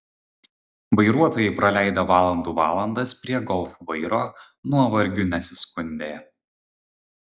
vairuotojai praleidę valandų valandas prie golf vairo nuovargiu nesiskundė